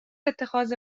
اتخاذ